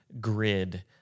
grid